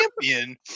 champion